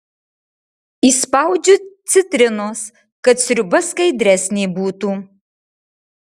įspaudžiu citrinos kad sriuba skaidresnė būtų